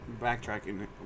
backtracking